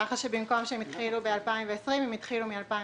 כך שבמקום שהם יתחילו ב-2020 הם יתחילו מ-2021.